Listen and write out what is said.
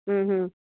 हूं हूं